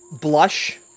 blush